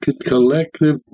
collective